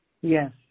Yes